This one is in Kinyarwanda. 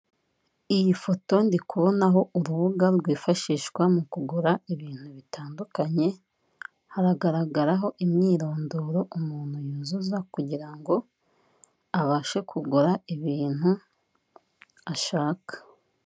Iyi foto ndi kubonaho urubuga rwifashishwa mukugura ibintu bitandukanye, haragaragaraho imyirondoro umuntu yuzuza kugirango abashe kugura ibintu ashaka.